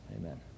Amen